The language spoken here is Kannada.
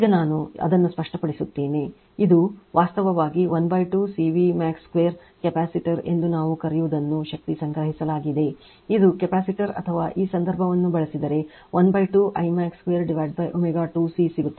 ಈಗ ನಾನು ಅದನ್ನು ಸ್ಪಷ್ಟಪಡಿಸುತ್ತೇನೆ ಇದು ವಾಸ್ತವವಾಗಿ12 C V max 2 ಕೆಪಾಸಿಟರ್ ಎಂದು ನಾವು ಕರೆಯುವುದನ್ನು ಶಕ್ತಿ ಸಂಗ್ರಹಿಸಲಾಗಿದೆ ಇದು ಕೆಪಾಸಿಟರ್ ಅಥವಾ ಈ ಸಂಬಂಧವನ್ನು ಬಳಸಿದರೆ 12 I max 2 ω2 C ಸಿಗುತ್ತದೆ